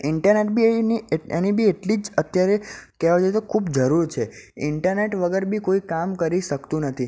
internet બી એની એટ એની બી એટલી જ અત્યારે કહેવા જઇએ તો ખૂબ જરૂર છે ઈન્ટરનેટ વગર બી કોઈ કામ કરી શકતું નથી